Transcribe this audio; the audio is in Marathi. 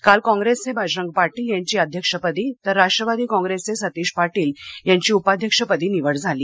काल काँग्रेसचे बजरंग पाटील यांची अध्यक्षपदी तर राष्ट्रवादी कॉंग्रेसचे सतीश पाटील यांची उपाध्यक्षपदी निवड झाली आहे